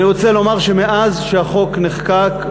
אני רוצה לומר שמאז שהחוק נחקק,